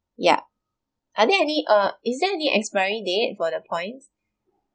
yup I think I need uh is there any expiry date for the points